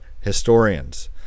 historians